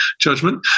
judgment